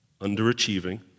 underachieving